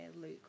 Luke